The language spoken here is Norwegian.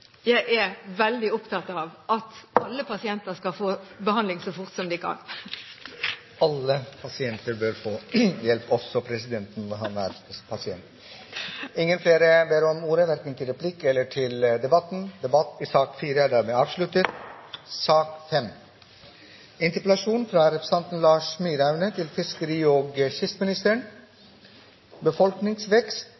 jeg er veldig opptatt av at alle pasienter skal få behandling så fort som de kan. Alle pasienter bør få hjelp, også presidenten når han er pasient! Flere har ikke bedt om ordet til sak nr. 4. I går skrev Aftenbladet at regjeringen går til sjøs. I overført betydning er